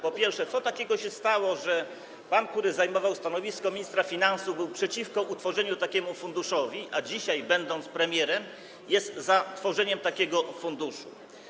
Po pierwsze, co takiego się stało, że pan, który zajmował stanowisko ministra finansów, był przeciwko utworzeniu takiego funduszu, a dzisiaj, będąc premierem, jest za utworzeniem takiego funduszu?